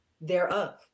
thereof